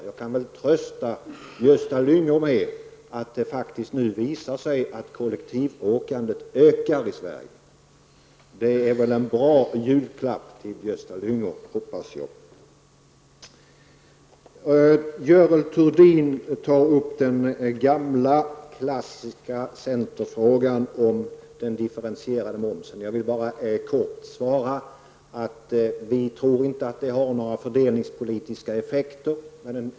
Jag kan trösta Gösta Lyngå med att det har visat sig att kollektivåkandet i Sverige nu ökar. Jag hoppas att det är en julklapp som Gösta Lyngå uppskattar. Görel Thurdin tog upp den gamla klassiska centerfrågan om den differentierade momsen. Helt kort vill jag svara att vi inte tror att differentierad moms har några fördelningspolitiska effekter.